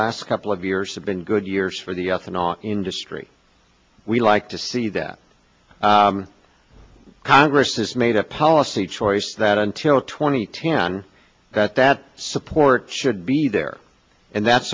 last couple of years have been good years for the ethanol industry we like to see that congress has made a policy choice that until twenty ten that support should be there and that